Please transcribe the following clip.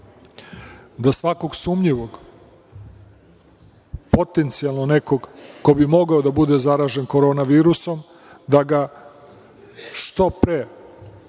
Da svakog sumnjivog, potencijalno nekog ko bi mogao da bude zaražen korona virusom, da ga što pre